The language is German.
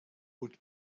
und